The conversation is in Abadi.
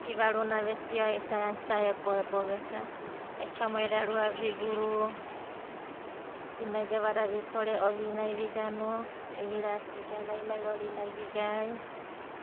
I'ivaruna vesia isa gana isa eboeboe veka, ai kaumaida rua viguru, emai gavada vikore ovinai, ai vira'asi vigana emai rorinai vigai